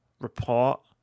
report